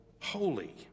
holy